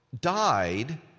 died